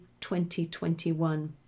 2021